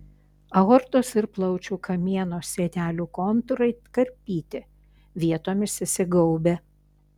aortos ir plaučių kamieno sienelių kontūrai karpyti vietomis įsigaubę